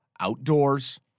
outdoors